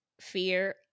fear